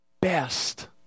best